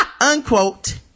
unquote